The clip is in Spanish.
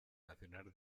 nacional